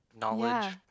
knowledge